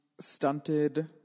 stunted